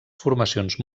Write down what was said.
formacions